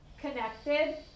connected